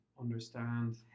understand